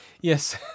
Yes